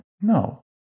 No